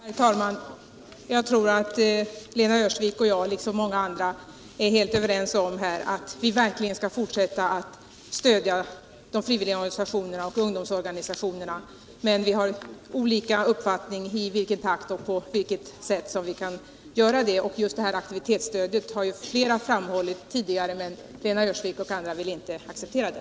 Herr talman! Jag tror att Lena Öhrsvik och jag, liksom många andra, är helt överens om att vi verkligen skall fortsätta att stödja de frivilliga organisationerna och ungdomsorganisationerna. Men vi har olika uppfattning om i vilken takt och på vilket sätt vi kan göra detta. Just aktivitetsstödet har flera andra tidigare framhållit som ers medel, men Lena Öhrsvik och andra vill inte acceptera det.